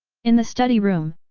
in the study room,